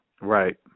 Right